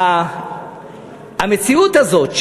המציאות הזאת,